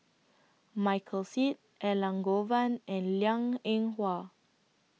Michael Seet Elangovan and Liang Eng Hwa